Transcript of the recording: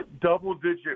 double-digit